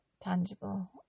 tangible